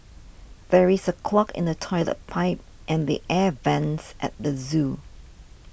there is a clog in the Toilet Pipe and the Air Vents at the zoo